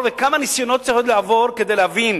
וכמה ניסיונות צריך עוד לעבור כדי להבין